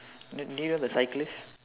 do do you know the cyclist